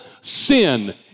sin